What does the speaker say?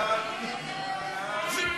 אני רציתי לוותר,